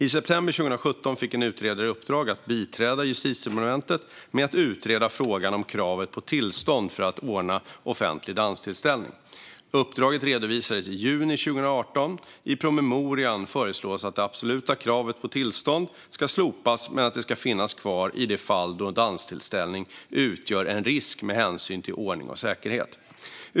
I september 2017 fick en utredare i uppdrag att biträda Justitiedepartementet med att utreda frågan om kravet på tillstånd för att anordna offentlig danstillställning. Uppdraget redovisades i juni 2018 . I promemorian föreslås att det absoluta kravet på tillstånd ska slopas men att det ska finnas kvar i de fall då danstillställningen utgör en risk med hänsyn till ordning och säkerhet.